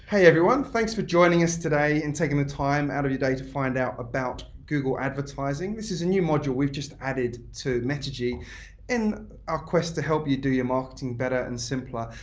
hey everyone, thanks for joining us today and taking the time out of your day to find out about google advertising. this is a new module we've just added to metigy in our quest to help you do your marketing better and simpler.